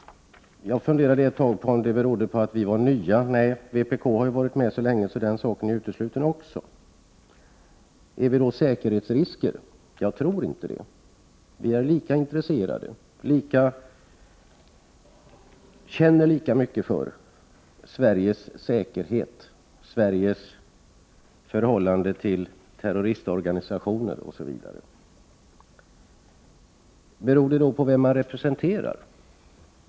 Jag funderade ett tag på om det var det förhållandet att vi är nya som gör att vi utesluts från denna insyn. Nej, vpk har ju varit med så länge att den förklaringen är utesluten. Är vi då säkerhetsrisker? Jag tror inte det. Vi är lika intresserade av och känner lika mycket för Sveriges säkerhet och Sveriges förhållningssätt till terroristorganisationer osv. som andra partier. Beror det då på vem man representerar?